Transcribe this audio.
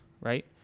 right